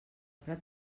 prat